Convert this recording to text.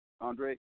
Andre